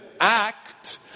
act